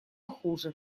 хуже